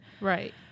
right